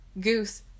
Goose